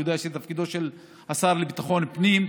אני יודע שזה תפקידו של השר לביטחון הפנים,